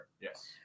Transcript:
yes